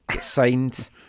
Signed